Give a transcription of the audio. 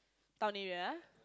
town area ah